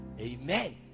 Amen